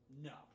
No